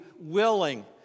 willing